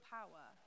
power